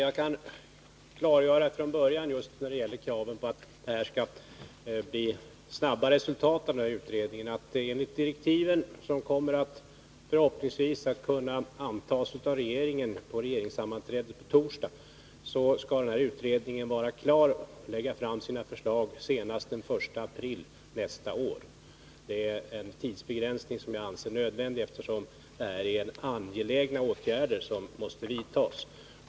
Herr talman! När det gäller kraven på snabba resultat av den här utredningen kan jag från början klargöra, att enligt direktiven, som förhoppningsvis kommer att kunna antas av regeringen på regeringssammanträdet på torsdag, skall den här utredningen vara klar och lägga fram sina förslag senast den 1 april nästa år. Det är en tidsbegränsning som jag anser vara nödvändig, eftersom det här är angelägna åtgärder som måste vidtas.